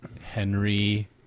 Henry